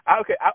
Okay